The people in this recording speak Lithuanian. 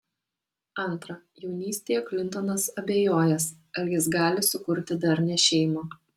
antra jaunystėje klintonas abejojęs ar jis gali sukurti darnią šeimą